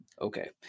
okay